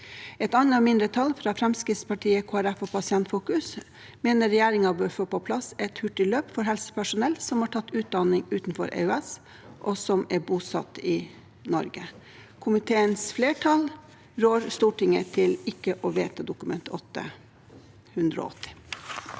Et annet mindretall, Fremskrittspartiet, Kristelig Folkeparti og Pasientfokus, mener regjeringen bør få på plass et hurtigløp for helsepersonell som har tatt utdanning utenfor EØS, og som er bosatt i Norge. Komiteens flertall rår Stortinget til ikke å vedta Dokument 8:180